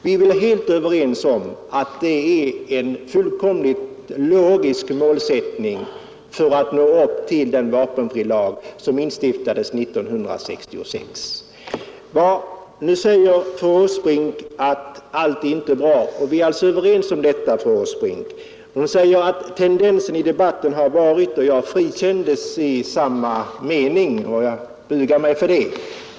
Vi är väl överens om att det är en fullständigt logisk målsättning för att nå upp till den vapenfrilag som instiftades 1966. Fru Åsbrink säger att allt inte är bra, och vi är alltså överens om detta, fru Åsbrink. Hon gillade inte tendensen i debatten, men jag frikändes i samma mening, och jag bugar mig för det.